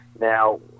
Now